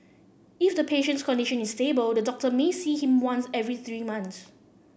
if the patient's condition is stable the doctor may see him once every three months